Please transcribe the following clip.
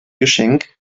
geschenk